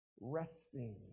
resting